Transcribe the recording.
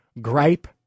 gripe